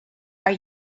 are